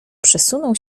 przesunął